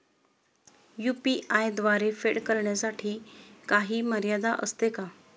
UPI द्वारे फेड करण्यासाठी काही मर्यादा असते का?